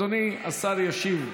אדוני השר ישיב.